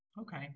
Okay